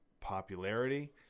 popularity